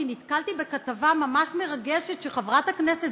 כי נתקלתי בכתבה ממש מרגשת שחברת הכנסת